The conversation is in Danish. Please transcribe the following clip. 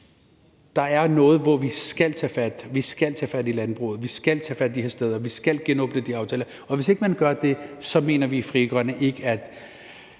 der er noget, hvor vi skal tage fat. Vi skal tage fat i landbruget, vi skal tage fat de her steder, vi skal genåbne de her aftaler. Hvis ikke man gør det, mener vi i Frie Grønne ikke, at